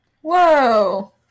Whoa